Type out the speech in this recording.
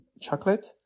chocolate